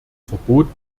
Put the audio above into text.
verbot